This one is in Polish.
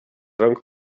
rąk